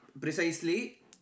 precisely